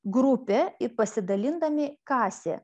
grupė ir pasidalindami kasė